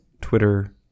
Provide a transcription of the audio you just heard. Twitter